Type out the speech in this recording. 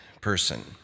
person